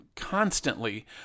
Constantly